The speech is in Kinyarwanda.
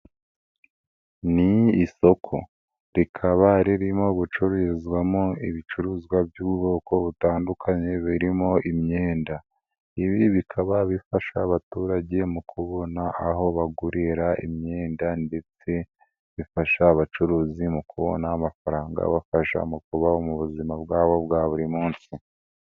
Ni isoko rikaba ririmo gucururizwamo ibicuruzwa by'ubwoko butandukanye birimo imyenda, ibi bikaba bifasha abaturage mu kubona aho bagurira imyenda ndetse bifasha abacuruzi mu kubona amafaranga abafasha mu kubaho mu buzima bwabo bwa buri munsi.